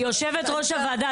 יושבת-ראש הוועדה,